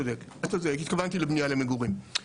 אתה צודק, התכוונתי לבנייה למגורים.